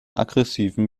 aggressiven